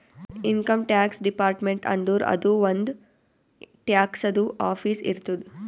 income tax department ಅಂದುರ್ ಅದೂ ಒಂದ್ ಟ್ಯಾಕ್ಸದು ಆಫೀಸ್ ಇರ್ತುದ್